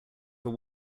were